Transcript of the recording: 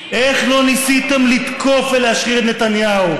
איך לא ניסיתם לתקוף ולהשפיל את נתניהו?